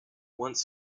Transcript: once